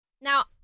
Now